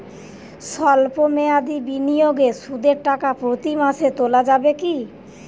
সল্প মেয়াদি বিনিয়োগে সুদের টাকা প্রতি মাসে তোলা যাবে কি?